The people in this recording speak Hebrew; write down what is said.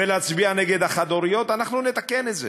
ולהצביע נגד החד-הוריות, אנחנו נתקן את זה.